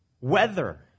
Weather